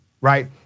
right